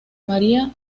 maria